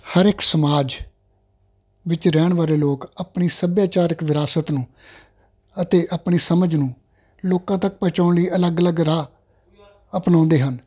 ਹਰ ਇੱਕ ਸਮਾਜ ਵਿੱਚ ਰਹਿਣ ਵਾਲੇ ਲੋਕ ਆਪਣੀ ਸੱਭਿਆਚਾਰਿਕ ਵਿਰਾਸਤ ਨੂੰ ਅਤੇ ਆਪਣੀ ਸਮਝ ਨੂੰ ਲੋਕਾਂ ਤੱਕ ਪਹੁੰਚਾਉਣ ਲਈ ਅਲੱਗ ਅਲੱਗ ਰਾਹ ਅਪਣਾਉਂਦੇ ਹਨ